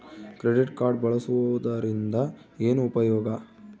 Credit card ಬಳಸುವದರಿಂದ ಏನು ಉಪಯೋಗ?